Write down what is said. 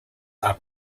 are